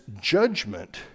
judgment